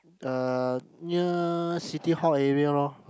uh near City-Hall area lor